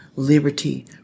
Liberty